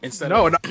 No